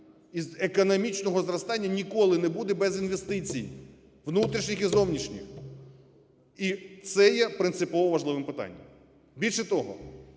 і економічного зростання ніколи не буде без інвестицій внутрішніх і зовнішніх. І це є принципово важливим питанням. Більше того,